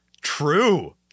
True